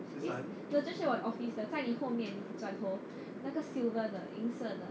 no 这是我 office 的在你后面转头那个 silver 的银色的